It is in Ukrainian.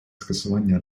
скасування